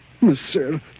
Monsieur